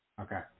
Okay